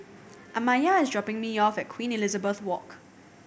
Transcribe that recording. Amaya is dropping me off at Queen Elizabeth Walk